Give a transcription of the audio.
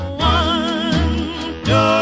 one